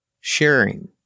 Sharing